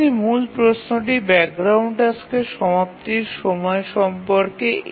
এখানে মূল প্রশ্নটি ব্যাকগ্রাউন্ড টাস্কের সমাপ্তির সময় সম্পর্কে